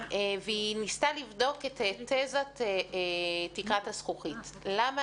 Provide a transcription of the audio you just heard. היא ניסתה לבדוק את תזת תקרת הזכוכית - למה